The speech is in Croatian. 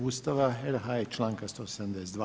Ustava RH i članka 172.